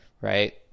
right